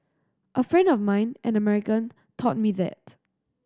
a friend of mine an American taught me that